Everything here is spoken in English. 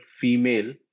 female